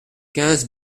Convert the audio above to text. quinze